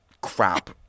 crap